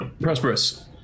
Prosperous